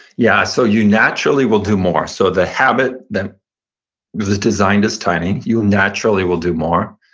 yeah so you naturally will do more. so the habit that was designed as tiny, you naturally will do more,